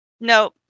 no